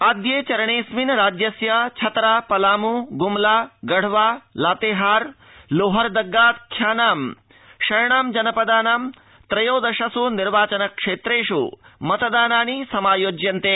आद्ये चरणेऽस्मिन् राज्यस्य छतरा पलामू गुमला गढ़वा लातेहार लोहरदम्गाख्याना षण्णां जनपदानां त्रयोदशस् निर्वाचन क्षेत्रेष् मतदानानि समायोज्यन्ते